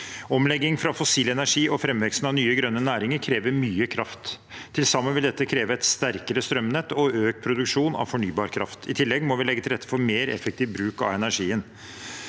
Omlegging fra fossil energi og framveksten av nye, grønne næringer krever mye kraft. Til sammen vil dette kreve et sterkere strømnett og økt produksjon av fornybar kraft. I tillegg må vi legge til rette for mer effektiv bruk av energien.